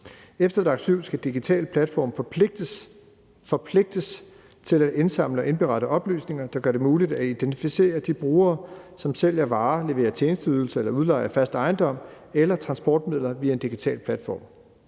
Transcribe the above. Efter DAC7 skal digitale platforme forpligtes til at indsamle og indberette oplysninger, der gør det muligt at identificere de brugere, som sælger varer, leverer tjenesteydelser eller udlejer fast ejendom eller transportmidler via en digital platform.